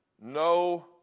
no